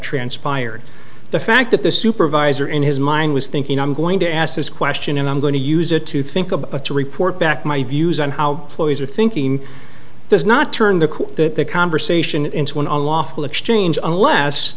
transpired the fact that the supervisor in his mind was thinking i'm going to ask this question and i'm going to use it to think about to report back my views on how ploys are thinking does not turn the conversation into an unlawful exchange on less